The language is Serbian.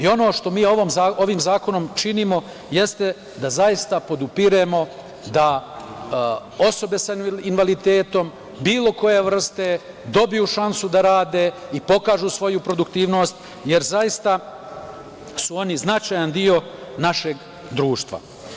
Ono što mi ovim zakonom činimo, jesti da zaista podupiremo da osobe sa invaliditetom, bilo koje vrste, dobiju šansu da rade i pokažu svoju produktivnost, jer su oni značajan deo našeg društva.